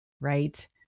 right